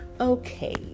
Okay